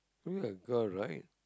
look like girl right